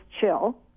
chill